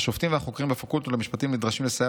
"השופטים והחוקרים בפקולטה למשפטים נדרשים לסייע